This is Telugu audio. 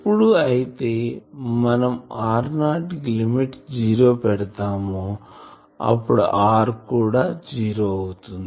ఎప్పుడు అయితే మనం r0 కి లిమిట్ జీరో పెడతామో అప్పుడు r కూడా జీరో అవుతుంది